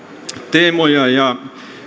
teemoja ja